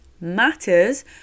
matters